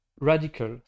radical